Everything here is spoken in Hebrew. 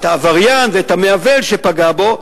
את העבריין ואת המעוול שפגע בו,